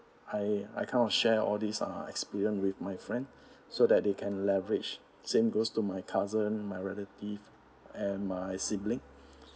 I I kind of share all these uh experience with my friend so that they can leverage same goes to my cousin my relative and my sibling